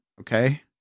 Okay